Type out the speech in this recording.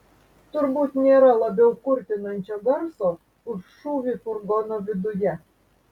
turbūt nėra labiau kurtinančio garso už šūvį furgono viduje